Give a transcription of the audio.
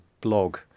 blog